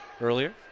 earlier